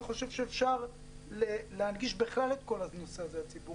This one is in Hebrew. אני חושב שאפשר להנגיש את כל הנושא הזה לציבור.